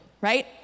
right